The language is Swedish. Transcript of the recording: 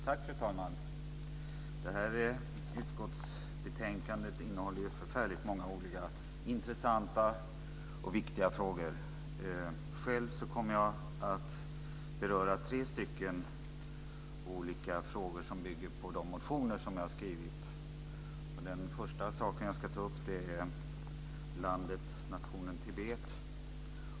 Fru talman! Det här utskottsbetänkandet innehåller förfärligt många intressanta och viktiga frågor. Själv kommer jag att beröra tre olika frågor som bygger på de motioner jag har väckt. Den första frågan är nationen Tibet.